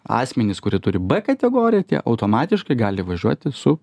asmenys kurie turi b kategoriją tie automatiškai gali važiuoti su